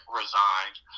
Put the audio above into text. resigned